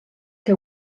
que